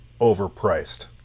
overpriced